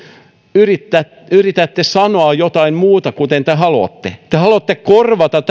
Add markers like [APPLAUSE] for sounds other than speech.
yritätte sanoa jotain muuta kuin te haluatte te haluatte korvata [UNINTELLIGIBLE]